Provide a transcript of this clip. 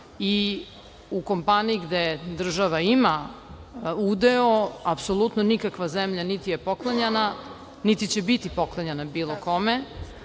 i u kompaniji gde država ima udeo, apsolutno nikakva zemlja niti je poklanjana, niti će biti poklanjana bilo kome. Što